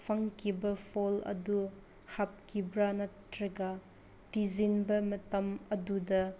ꯐꯪꯈꯤꯕ ꯐꯣꯜ ꯑꯗꯨ ꯍꯥꯞꯈꯤꯕ꯭ꯔꯥ ꯅꯠꯇ꯭ꯔꯒ ꯊꯤꯖꯤꯟꯕ ꯃꯇꯝ ꯑꯗꯨꯗ